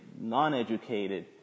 non-educated